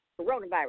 Coronavirus